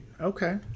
Okay